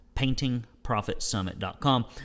paintingprofitsummit.com